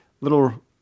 little